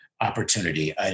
opportunity